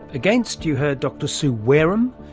against you head dr. sue wareham,